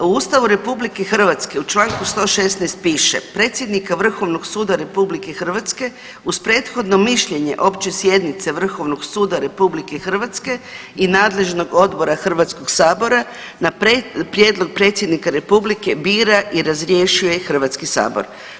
U Ustavu RH u čl. 116 piše, predsjednika Vrhovnog suda RH uz prethodno mišljenje Opće sjednice Vrhovnog suda RH i nadležnog odbora HS-a na prijedlog predsjednika republike bira i razrješuje Hrvatski sabor.